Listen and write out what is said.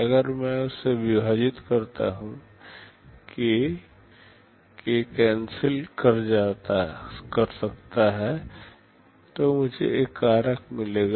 अगर मैं उससे विभाजित करता हूं k k कैंसिल कर सकता हूं तो मुझे एक कारक मिलेगा